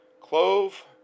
clove